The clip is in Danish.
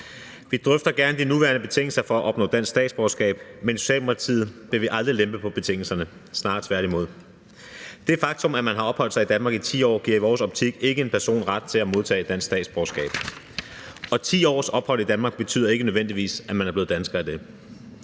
Vi drøfter gerne de nuværende betingelser for at opnå dansk statsborgerskab, men i Socialdemokratiet vil vi aldrig lempe på betingelserne, snarere tværtimod. Det faktum, at man har opholdt sig i Danmark i 10 år, giver i vores optik ikke en person ret til at modtage dansk statsborgerskab, og 10 års ophold i Danmark betyder ikke nødvendigvis, at man er blevet dansker af det.